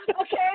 Okay